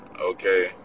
okay